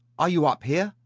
are you up here,